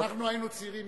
כשאנחנו היינו צעירים,